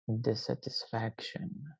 dissatisfaction